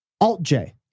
Alt-J